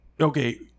okay